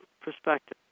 perspective